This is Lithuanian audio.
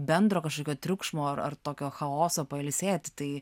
bendro kažkokio triukšmo ar ar tokio chaoso pailsėti tai